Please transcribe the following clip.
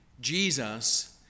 Jesus